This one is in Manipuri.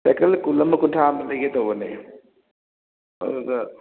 ꯁꯥꯏꯀꯜ ꯀꯨꯟ ꯑꯃ ꯀꯨꯟꯊ꯭ꯔꯥ ꯑꯃ ꯂꯩꯒꯦ ꯇꯧꯕꯅꯦ ꯑꯗꯨꯗ